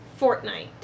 Fortnite